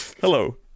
Hello